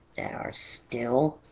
still